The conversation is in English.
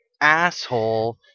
asshole